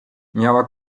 miała